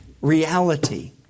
reality